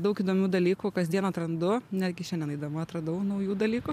daug įdomių dalykų kasdien atrandu netgi šiandien eidama atradau naujų dalykų